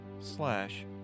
slash